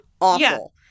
awful